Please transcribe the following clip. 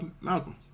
Malcolm